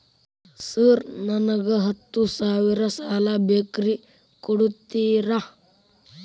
Sir ನನಗ ಹತ್ತು ಸಾವಿರ ಸಾಲ ಬೇಕ್ರಿ ಕೊಡುತ್ತೇರಾ?